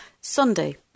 Sunday